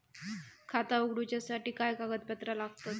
खाता उगडूच्यासाठी काय कागदपत्रा लागतत?